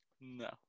No